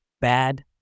Bad